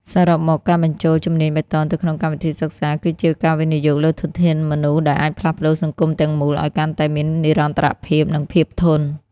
សរុបមក ការបញ្ចូលជំនាញបៃតងទៅក្នុងកម្មវិធីសិក្សា គឺជាការវិនិយោគលើធនធានមនុស្ស ដែលអាចផ្លាស់ប្តូរសង្គមទាំងមូលឱ្យកាន់តែមាននិរន្តរភាព និងភាពធន់។